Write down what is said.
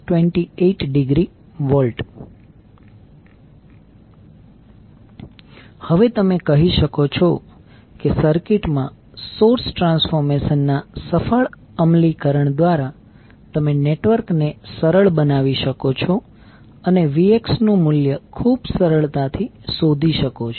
519∠ 28°V હવે તમે કહી શકો છો કે સર્કિટમાં સોર્સ ટ્રાન્સફોર્મેશન ના સફળ અમલીકરણ દ્વારા તમે નેટવર્ક ને સરળ બનાવી શકો છો અને Vxનું મૂલ્ય ખૂબ સરળતાથી શોધી શકો છો